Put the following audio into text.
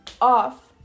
Off